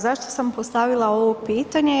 Zašto sam postavila ovo pitanje?